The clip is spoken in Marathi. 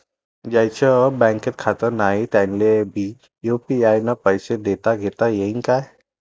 ज्याईचं बँकेत खातं नाय त्याईले बी यू.पी.आय न पैसे देताघेता येईन काय?